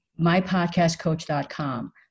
mypodcastcoach.com